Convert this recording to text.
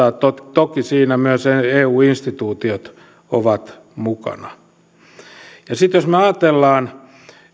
toki siinä myös eu eu instituutiot ovat mukana sitten jos ajatellaan